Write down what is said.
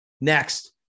Next